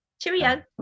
Cheerio